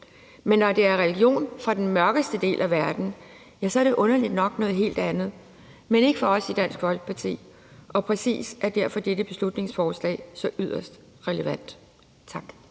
men når det er religion fra den mørkeste del af verden, så er det underligt nok noget helt andet. Men det er det ikke for os i Dansk Folkeparti, og præcis derfor er dette beslutningsforslag så yderst relevant. Tak.